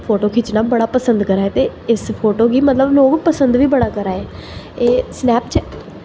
photo खिच्चना बड़ा पसंद करा दे ते इस फोटो गी मतलब लोग पसंद बी बड़ा करा दे एह् स्नैपचैट